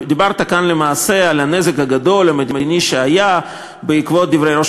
על הנזק המדיני הגדול שהיה בעקבות דברי ראש